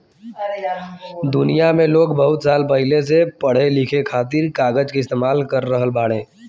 दुनिया में लोग बहुत साल पहिले से पढ़े लिखे खातिर कागज के इस्तेमाल कर रहल बाड़े